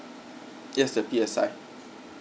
yes the P_S_I